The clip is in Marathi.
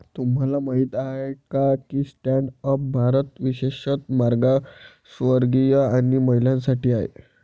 तुम्हाला माहित आहे का की स्टँड अप भारत विशेषतः मागासवर्गीय आणि महिलांसाठी आहे